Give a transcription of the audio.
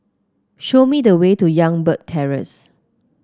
show me the way to Youngberg Terrace